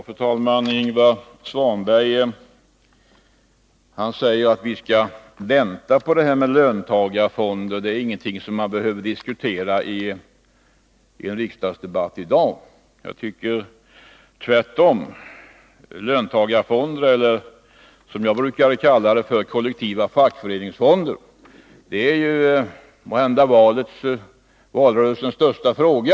Fru talman! Ingvar Svanberg säger att vi skall vänta på det här med löntagarfonder, det är ingenting som man behöver diskutera i en riksdagsdebatt i dag. Jag tycker tvärtom. Löntagarfonder eller, som jag brukar kalla dem, kollektiva fackföreningsfonder, är måhända valrörelsens största fråga.